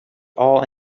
all